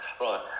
Right